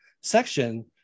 section